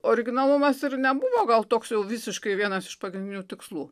originalumas ir nebuvo gal toks jau visiškai vienas iš pagrindinių tikslų